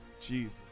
Jesus